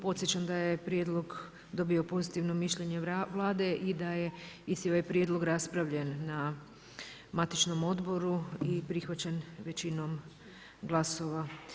Podsjećam da je prijedlog dobio pozitivno mišljenje Vlade i da je ovaj prijedlog raspravljen na matičnom odboru i prihvaćen većinom glasova.